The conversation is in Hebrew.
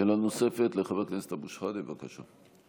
שאלה נוספת לחבר הכנסת אבו שחאדה, בבקשה.